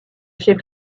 chef